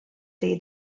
they